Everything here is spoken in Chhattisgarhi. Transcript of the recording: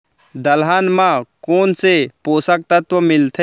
दलहन म कोन से पोसक तत्व मिलथे?